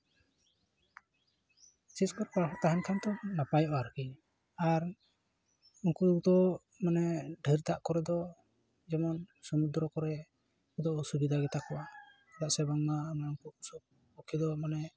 ᱵᱤᱥᱮᱥ ᱠᱚᱨᱮ ᱛᱟᱦᱮᱱ ᱠᱷᱟᱱ ᱫᱚ ᱱᱟᱯᱟᱭᱚᱜᱼᱟ ᱟᱨᱠᱤ ᱟᱨ ᱱᱩᱠᱩ ᱫᱚ ᱢᱟᱱᱮ ᱰᱷᱮᱨ ᱫᱟᱜ ᱠᱚᱨᱮ ᱫᱚ ᱡᱮᱢᱚᱱ ᱥᱚᱢᱩᱫᱽᱨᱚ ᱠᱚᱨᱮ ᱩᱱᱠᱩ ᱫᱚ ᱚᱥᱩᱵᱤᱫᱷᱟ ᱜᱮᱛᱟ ᱠᱚᱣᱟ ᱪᱮᱫᱟᱜ ᱥᱮ ᱵᱟᱝᱢᱟ ᱩᱱᱠᱩ ᱯᱚᱠᱠᱷᱮ ᱫᱚ ᱢᱟᱱᱮ